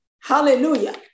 hallelujah